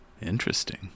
Interesting